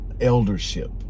eldership